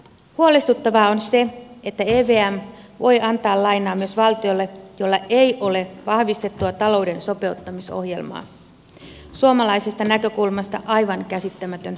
huolestuttavaa on se että evm voi antaa lainaa myös valtiolle jolla ei ole vahvistettua talouden sopeuttamisohjelmaa suomalaisesta näkökulmasta aivan käsittämätön sopimuskohta